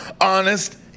honest